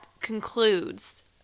concludes